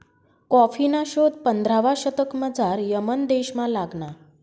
कॉफीना शोध पंधरावा शतकमझाऱ यमन देशमा लागना